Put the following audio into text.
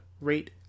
rate